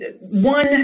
one